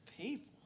people